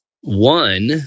One